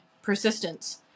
persistence